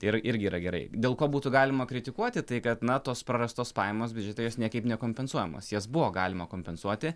tai ir irgi yra gerai dėl ko būtų galima kritikuoti tai kad na tos prarastos pajamos biudžete jos niekaip nekompensuojamos jas buvo galima kompensuoti